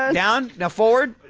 and down! now forward!